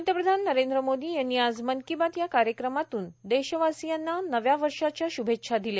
पंतप्रधान नरेंद्र मोदी यांनी आज मन की बात या कार्यक्रमातून देशवासीयांना नव्या वर्षाच्या श्भेच्छा दिल्या